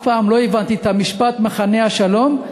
אף פעם לא הבנתי את הצירוף "מחנה השלום",